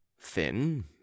thin